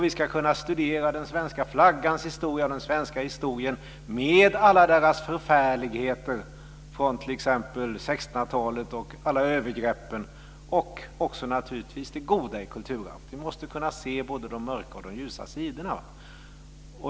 Vi ska kunna studera den svenska flaggans historia, den svenska historien med alla dess förfärligheter från t.ex. 1600-talet, alla övergreppen och också det goda i kulturarvet. Vi måste kunna se både de mörka och de ljusa sidorna.